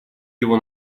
его